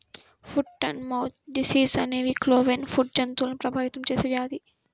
foot and mouth disease అనేది cloven foot జంతువులను ప్రభావితం చేసే వ్యాధి